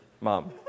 mom